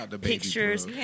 pictures